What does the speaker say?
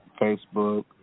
facebook